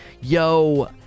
Yo